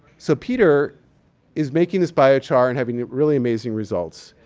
so, peter is making this biochar and having really amazing results.